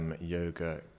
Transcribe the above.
Yoga